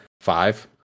five